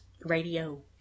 Radio